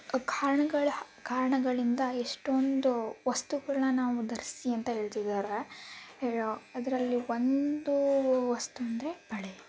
ಕಾರ್ಣಗಳು ಕಾರಣಗಳಿಂದ ಎಷ್ಟೊಂದು ವಸ್ತುಗಳನ್ನ ನಾವು ಧರಿಸಿ ಅಂತ ಹೇಳ್ತಿದ್ದಾರೆ ಅದರಲ್ಲಿ ಒಂದು ವಸ್ತು ಅಂದರೆ ಬಳೆ